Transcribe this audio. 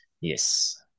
Yes